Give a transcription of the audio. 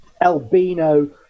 albino